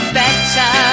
better